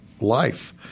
life